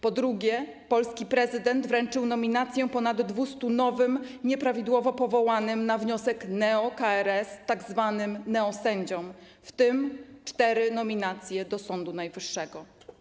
Po drugie, polski prezydent wręczył nominacje ponad 200 nowym, nieprawidłowo powołanym na wiosek neo-KRS tzw. neosędziom, w tym cztery nominacje do Sądu Najwyższego.